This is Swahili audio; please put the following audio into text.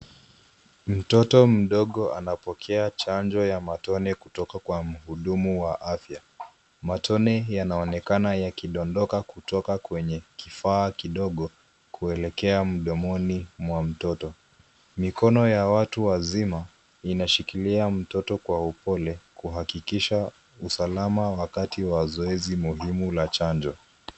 Mtoto mdogo anapokea chanjo ya matone kutoka kwa mhudumu wa afya. Matone yanaonekana yakidondoka kutoka kwenye kifaa kidogo kuelekea mdomoni mwa mtoto. Mikono ya watu wazima inashikilia mtoto kwa upole, kuhakikisha usalama wakati wa zoezi muhimu la chanjo.